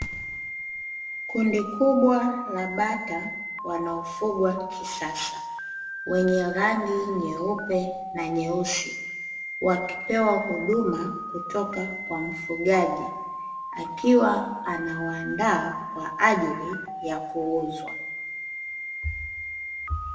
Kundi kubwa la bata wanaofugwa kisasa. Wenye rangi nyeupe na nyeusi wakipewa huduma kutoka kwa mfugaji akiwa anawaandaa kwaajili ya kuuzwa.